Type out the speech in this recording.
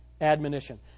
admonition